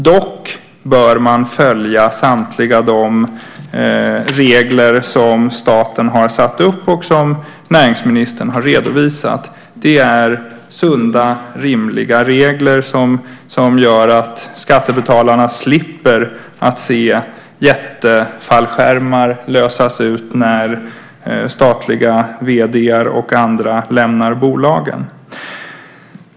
Dock bör man följa samtliga de regler som staten satt upp och som näringsministern redovisat. Det är sunda, rimliga regler som gör att skattebetalarna slipper se jättefallskärmar lösas ut när statliga vd:ar och andra lämnar bolagen.